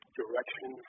direction